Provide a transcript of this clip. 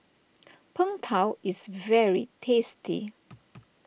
Png Tao is very tasty